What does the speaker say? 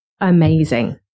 amazing